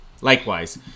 Likewise